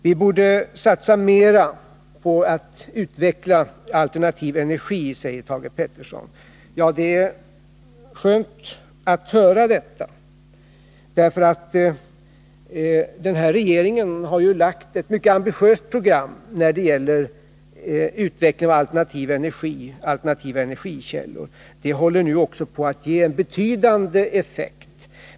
Vi borde satsa mera på att utveckla alternativ energi, säger Thage Peterson. Det är skönt att höra detta, därför att den här regeringen har ju lagt fram ett mycket ambitiöst program när det gäller utvecklingen av alternativ energi och alternativa energikällor. Det håller nu också på att ge en betydande effekt.